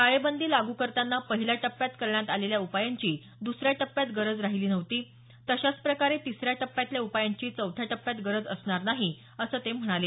टाळेबंदी लागू करताना पहिल्या टप्प्यात करण्यात आलेल्या उपायांची दुसऱ्या टप्प्यात गरज राहिली नव्हती तशाच प्रकारे तिसऱ्या टप्प्यातल्या उपायांची चौथ्या टप्प्यात गरज असणार नाही असं ते म्हणाले